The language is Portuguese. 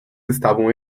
estavam